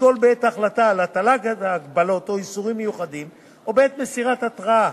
לשקול בעת החלטה על הטלת הגבלות או איסורים מיוחדים או בעת מסירת התראה